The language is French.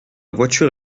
voiture